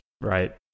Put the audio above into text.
right